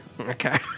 Okay